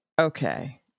Okay